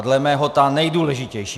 A dle mého ta nejdůležitější.